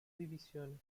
divisiones